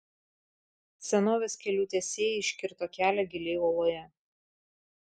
senovės kelių tiesėjai iškirto kelią giliai uoloje